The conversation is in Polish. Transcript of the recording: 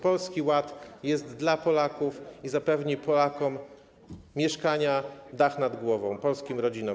Polski Ład jest dla Polaków i zapewni Polakom mieszkania, dach nad głową polskim rodzinom.